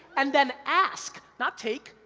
and then ask, not take,